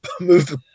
move